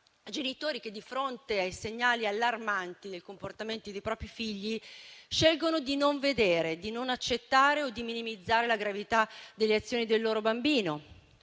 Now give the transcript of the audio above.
genitori che, di fronte ai segnali allarmanti dei comportamenti dei propri figli, scelgono di non vedere, di non accettare o di minimizzare la gravità delle azioni del proprio bambino.